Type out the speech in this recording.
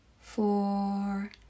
four